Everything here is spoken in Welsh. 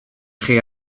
chi